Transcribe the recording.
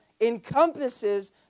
encompasses